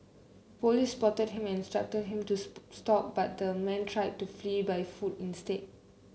police spotted him and instructed him to stop but the man tried to flee by foot instead